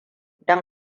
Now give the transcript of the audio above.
don